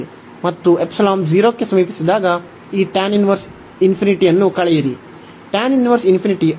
ಮತ್ತು 0 ಕ್ಕೆ ಸಮೀಪಿಸಿದಾಗಈ ಅನ್ನು ಕಳೆಯಿರಿ